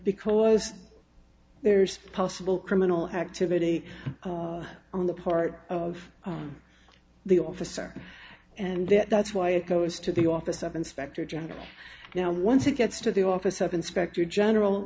because there's possible criminal activity on the part of the officer and that's why it goes to the on this of inspector general now once it gets to the office of inspector general